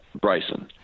Bryson